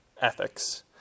ethics